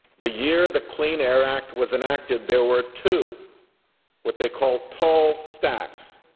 the year the clean air act was enacted, there were two what they called tall stacks,